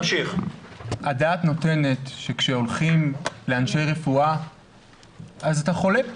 הדעת נותנת שכאשר הולכים לאנשי רפואה אז אתה חולה.